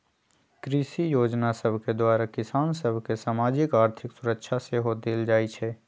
कृषि जोजना सभके द्वारा किसान सभ के सामाजिक, आर्थिक सुरक्षा सेहो देल जाइ छइ